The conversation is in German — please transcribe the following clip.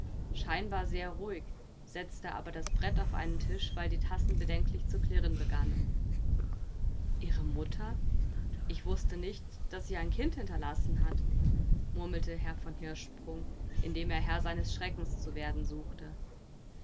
scheinbar sehr ruhig setzte aber das brett auf einen tisch weil die tassen bedenklich zu klirren begannen ihre mutter ich wußte nicht daß sie ein kind hinterlassen hat murmelte herr von hirschsprung indem er herr seines schreckens zu werden suchte